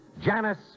Janice